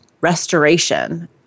Restoration